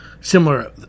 similar